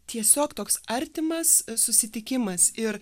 tiesiog toks artimas susitikimas ir